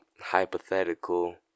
hypothetical